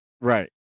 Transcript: right